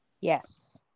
Yes